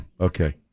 Okay